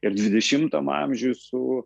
ir dvidešimtam amžiuj su